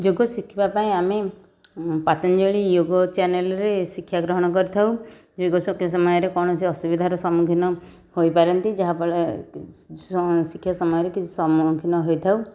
ଯୋଗ ଶିଖିବାପାଇଁ ଆମେ ପତଞ୍ଜଳି ଯୋଗ ଚ୍ୟାନେଲରେ ଶିକ୍ଷାଗ୍ରହଣ କରିଥାଉ ଯୋଗ ଶିଖିବା ସମୟରେ କୌଣସି ଅସୁବିଧାର ସମ୍ମୁଖୀନ ହୋଇପାରନ୍ତି ଯାହାଫଳରେ ଶିଖିବା ସମୟରେ କିଛି ସମ୍ମୁଖୀନ ହୋଇଥାଉ